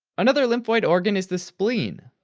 another lymphoid organ is the spleen,